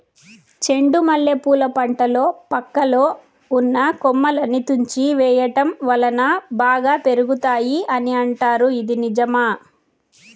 చెండు మల్లె పూల పంటలో పక్కలో ఉన్న కొమ్మలని తుంచి వేయటం వలన బాగా పెరుగుతాయి అని అంటారు ఇది నిజమా?